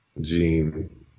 Gene